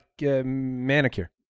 manicure